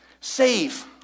save